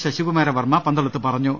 ശ ശികുമാര വർമ്മ പന്തളത്ത് പറഞ്ഞു